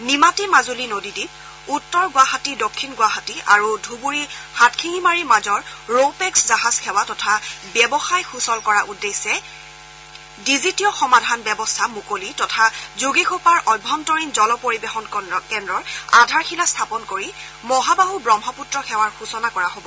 নিমাতী মাজুলী নদীঘীপ উত্তৰ গুৱাহাটী দক্ষিণ গুৱাহাটী আৰু ধুবুৰী হাটশিঙিমাৰীৰ মাজৰ ৰো পেক্স জাহাজ সেৱা তথা ব্যৱসায় সূচল কৰাৰ উদ্দেশ্যে ডিজিটিয় সমাধান ব্যৱস্থা মুকলি তথা যোগীঘোপাৰ অভ্যন্তৰীণ জলপৰিবহন কেন্দ্ৰৰ আধাৰশিলা স্থাপন কৰি মহাবাহু ব্ৰহ্মপুত্ৰ সেৱাৰ সূচনা কৰা হ'ব